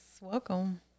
welcome